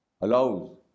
allows